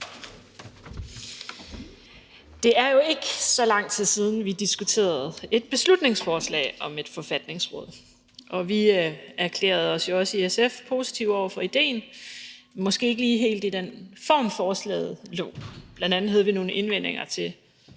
Det er jo ikke så lang tid siden, at vi diskuterede et beslutningsforslag om et forfatningsråd. Og vi erklærede os jo også i SF positive over for idéen – men måske ikke helt i den form, som forslaget lå i. Bl.a. havde vi nogle indvendinger i